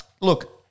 look